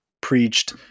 preached